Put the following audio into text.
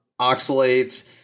oxalates